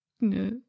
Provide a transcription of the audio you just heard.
No